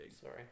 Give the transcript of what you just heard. Sorry